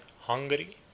Hungary